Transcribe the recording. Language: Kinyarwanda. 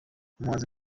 umuhanzi